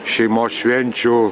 šeimos švenčių